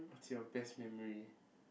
what's your best memory